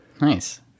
nice